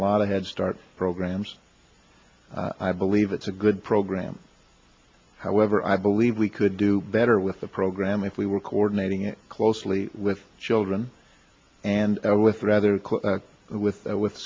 lot of head start programs i believe it's a good program however i believe we could do better with the program if we were coordinating it closely with children and with rather with with